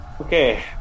Okay